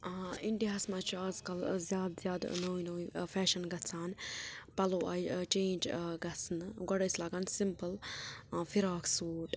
اۭں India ہس منٛز چھِ از کَل زیادٕ زیادٕ نوُے نوُے فیشن گژھان پلو آے چینج گژھنہٕ گۄڈ ٲسۍ لاگان سمپٕل فراک سوٗٹ